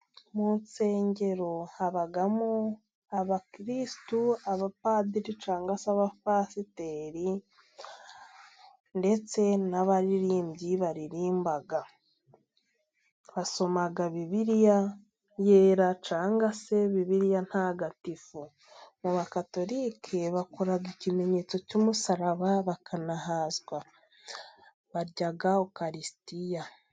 Mu nsengero habamo abakristu, abapadiri cyangwa se abapasiteri ndetse n'abaririmbyi baririmba, basoma bibiliya yera cyangwa se bibiliya ntagatifu. Mu ba bakatoRrike bakora ikimenyetso cy'umusaraba, bakanahazwa barya ukaristiya.